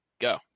go